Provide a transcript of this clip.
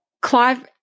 Clive